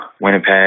Winnipeg